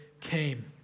came